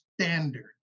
standard